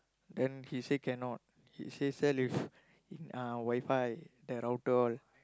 then he say cannot he say sell with in uh WiFi the router all